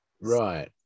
right